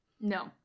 no